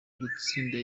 gutsinda